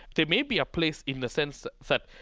there may be a place in the sense that,